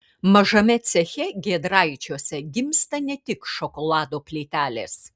mažame ceche giedraičiuose gimsta ne tik šokolado plytelės